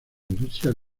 industria